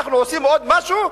אנחנו עושים עוד משהו,